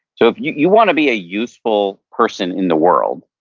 so you you want to be a youthful person in the world,